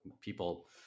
people